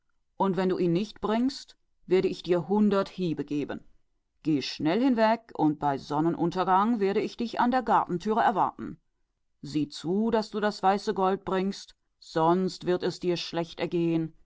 und wenn du es nicht mitbringst so werde ich dich mit hundert schlägen schlagen mache dich geschwind auf und bei sonnenuntergang werde ich dich an der tür des gartens erwarten sieh zu daß du das weiße gold bringst oder es wird dir übel ergehen